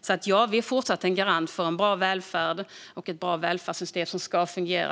Vi är alltså fortsatt en garant för en bra välfärd och ett bra välfärdssystem som ska fungera.